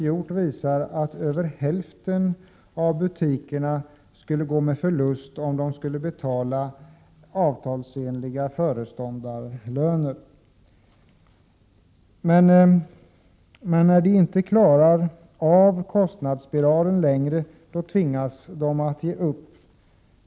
1987/88:130 bundet visar att över hälften av butikerna skulle gå med förlust om man När de inte längre bemästrar kostnadsspiralen tvingas de ge upp.